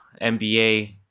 NBA